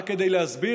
רק כדי להסביר,